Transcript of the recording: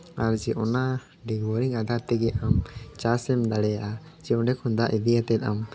ᱟᱨᱡᱮ ᱚᱱᱟ ᱵᱤᱜᱽ ᱵᱳᱨᱤᱝ ᱟᱫᱷᱟᱨ ᱛᱮᱜᱮ ᱟᱢ ᱪᱟᱥ ᱮᱢ ᱫᱟᱲᱮᱭᱟᱜᱼᱟ ᱪᱮ ᱚᱸᱰᱮ ᱠᱷᱚᱡ ᱫᱟᱜ ᱤᱫᱤ ᱠᱟᱛᱮ ᱟᱢ